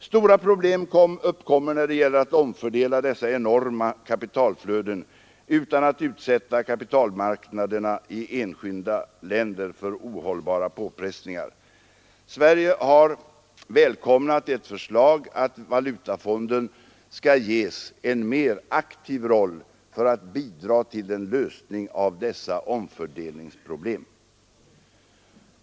Stora problem uppkommer när det gäller att omfördela dessa enorma kapitalflöden utan att utsätta kapitalmarknaderna i enskilda länder för ohållbara påfrestningar. Sverige har välkomnat ett förslag att valutafonden skall ges en mer aktiv roll för att bidraga till en lösning av dessa omfördelningsproblem.